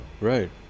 Right